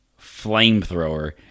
flamethrower